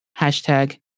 Hashtag